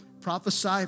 prophesy